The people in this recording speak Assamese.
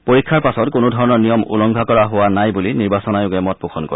পৰীক্ষাৰ পিছত কোনোধৰণৰ নিয়ম উলংঘা কৰা হোৱা নাই বুলি নিৰ্বাচন আয়োগে মত পোষণ কৰে